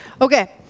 Okay